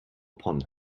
upon